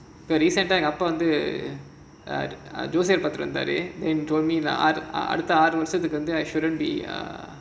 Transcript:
இப்போ:ippo recent ah எங்க அப்பா வந்து ஜோசியம் பார்த்துட்டு வந்தாரு அடுத்த ஆறு வருஷத்துக்கு வந்து:enga appa vandhu josiyam paarthuttu vandhaaru aaru varushathukkulla vandhu shouldn't be ah